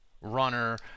runner